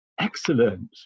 Excellent